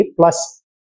plus